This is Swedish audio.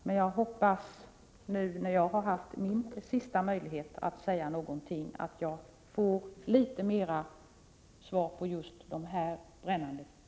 Men jag hoppas, nu när jag har haft min sista möjlighet att säga någonting, att jag får litet mera svar på just de här brännande frågorna.